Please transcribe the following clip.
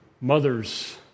Mothers